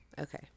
Okay